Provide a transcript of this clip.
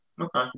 okay